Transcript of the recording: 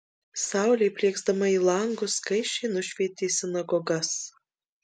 saulė plieksdama į langus skaisčiai nušvietė sinagogas